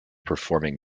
performing